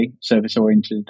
service-oriented